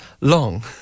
long